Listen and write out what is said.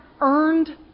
earned